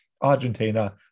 Argentina